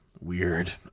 weird